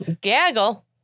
gaggle